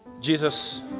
Jesus